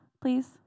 please